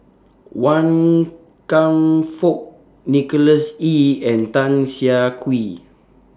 Wan Kam Fook Nicholas Ee and Tan Siah Kwee